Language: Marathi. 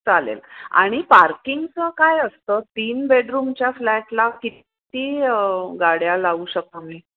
चालेल आणि पार्किंगचं काय असतं तीन बेडरूमच्या फ्लॅटला किती गाड्या लावू शकू आम्ही